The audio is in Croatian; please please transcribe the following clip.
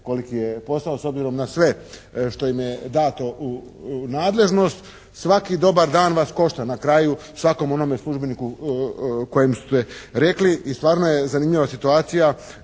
koliki je posao s obzirom na sve što im je dato u nadležnost. Svaki dobar dan vas košta, na kraju svakom onome službeniku kojem ste rekli i stvarno je zanimljiva situacija